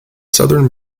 southern